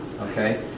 okay